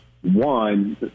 one